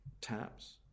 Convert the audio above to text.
taps